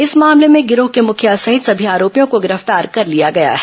इस मामले में गिरोह के मुखिया सहित सभी आरोपियों को गिरफ्तार कर लिया गया है